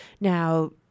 Now